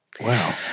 Wow